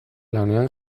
lanean